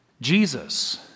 Jesus